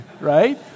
right